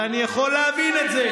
ואני יכול להבין את זה.